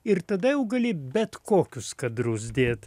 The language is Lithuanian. ir tada jau gali bet kokius kadrus dėt